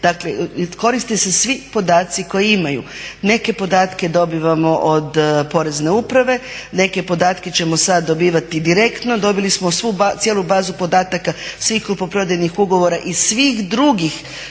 koriste se svi podaci koje imaju. Neke podatke dobivamo od Porezne uprave, neke podatke ćemo sad dobivati direktno. Dobili smo cijelu bazu podataka svih kupoprodajnih ugovora i svih drugih